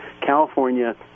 California